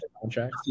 contract